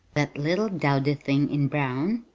that little dowdy thing in brown?